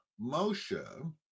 Moshe